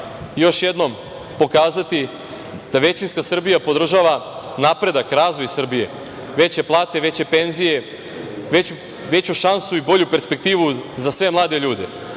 još jednom pokazati da većinska Srbija podržava napredak i razvoj Srbije, veće plate, veće penzije, veću šansu i bolju perspektivu za sve mlade ljude,